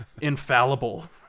infallible